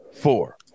four